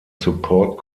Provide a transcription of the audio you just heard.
support